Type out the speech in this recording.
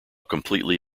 completely